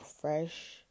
fresh